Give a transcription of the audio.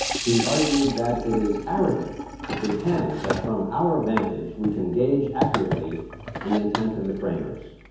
he argued that it is arrogant to pretend that, from our vantage, we can gauge accurately the intent of the framers.